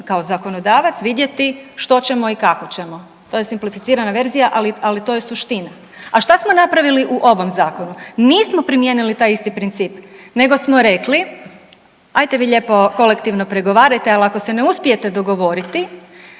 kao zakonodavac vidjeti što ćemo i kako ćemo. To je simplificirana verzija ali to je suština. A šta smo napravili u ovom zakonu? Nismo primijenili taj isti princip nego smo rekli ajte vi lijepo kolektivno pregovarajte ali ako se ne uspijete dogovoriti,